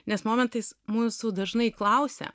nes momentais mūsų dažnai klausia